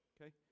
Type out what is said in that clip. Okay